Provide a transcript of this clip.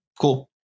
cool